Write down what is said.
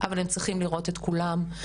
אבל הם צריכים לראות את כולם.